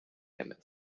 emmett